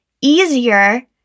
easier